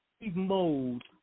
mode